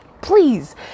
please